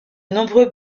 nombreux